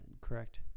correct